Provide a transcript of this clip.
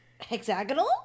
hexagonal